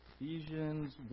Ephesians